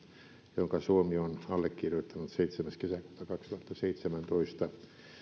jonka suomi on allekirjoittanut seitsemäs kesäkuuta kaksituhattaseitsemäntoista